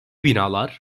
binalar